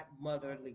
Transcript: motherly